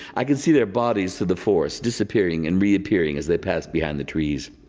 i can see their bodies to the forest disappearing and reappearing as they pass behind the trees.